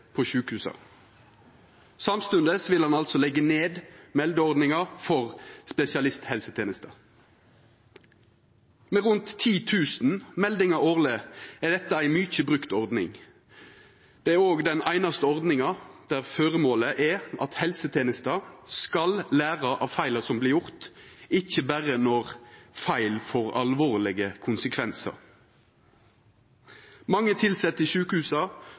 på sjukehusa. Samstundes vil han altså leggja ned meldeordninga for spesialisthelsetenesta. Med rundt 10 000 meldingar årleg er dette ei mykje brukt ordning. Det er òg den einaste ordninga der føremålet er at helsetenesta skal læra av feila som vert gjorde, ikkje berre når feil får alvorlege konsekvensar. Mange tilsette i sjukehusa